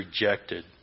rejected